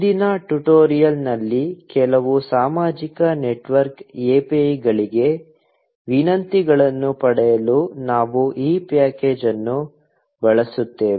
ಮುಂದಿನ ಟ್ಯುಟೋರಿಯಲ್ನಲ್ಲಿ ಕೆಲವು ಸಾಮಾಜಿಕ ನೆಟ್ವರ್ಕ್ API ಗಳಿಗೆ ವಿನಂತಿಗಳನ್ನು ಪಡೆಯಲು ನಾವು ಈ ಪ್ಯಾಕೇಜ್ ಅನ್ನು ಬಳಸುತ್ತೇವೆ